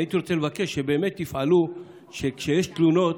הייתי רוצה לבקש שבאמת יפעלו שכאשר יש תלונות,